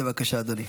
בבקשה, אדוני.